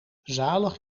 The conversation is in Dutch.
zalig